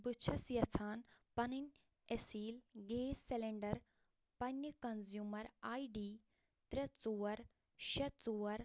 بہٕ چھیٚس یِژھان پنٕنۍ گیس سِلیٚنٛڈر پننہِ کنزیٛومر آے ڈی ترٛےٚ ژور شےٚ ژور